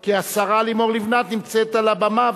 כי השרה לימור לבנת נמצאת על הבמה,